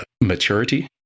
maturity